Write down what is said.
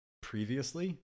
previously